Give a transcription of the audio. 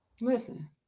listen